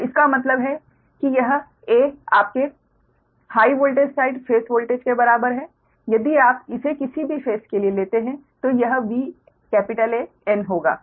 तो इसका मतलब है कि यह a आपके high voltage side phase voltage के बराबर है यदि आप इसे किसी भी फेस के लिए लेते हैं तो यह VAn होगा